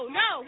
no